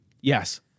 Yes